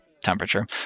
temperature